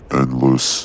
endless